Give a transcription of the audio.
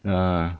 err